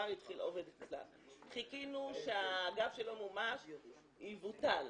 חיכינו שהאגף שלא מומש יבוטל,